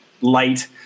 light